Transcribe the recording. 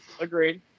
Agreed